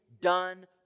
done